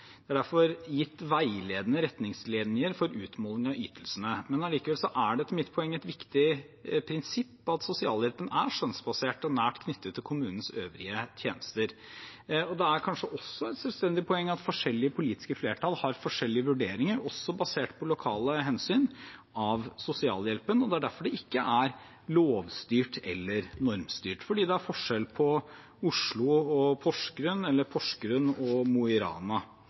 Det er derfor gitt veiledende retningslinjer for utmåling av ytelsene. Allikevel er det etter mitt poeng et viktig prinsipp at sosialhjelpen er skjønnsbasert og nært knyttet til kommunenes øvrige tjenester. Det er kanskje også et selvstendig poeng at forskjellige politiske flertall har forskjellige vurderinger, også basert på lokale hensyn, av sosialhjelpen. Det er derfor det ikke er lovstyrt eller normstyrt, fordi det er forskjell på Oslo og Porsgrunn – eller på Porsgrunn og Mo i Rana,